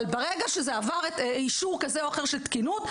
אבל ברגע שזה עבר אישור כזה או אחר של תקינות,